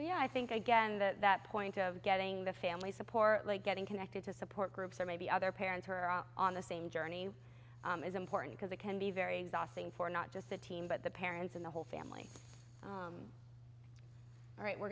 yeah i think again that that point of getting the family support like getting connected to support groups or maybe other parents who are on the same journey is important because it can be very thing for not just the team but the parents and the whole family all right we're